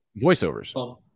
voiceovers